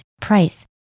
price